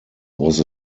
was